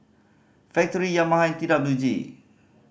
Factorie Yamaha T W G